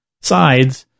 sides